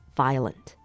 violent